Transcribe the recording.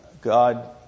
God